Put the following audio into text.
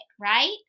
right